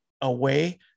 away